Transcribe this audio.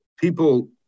people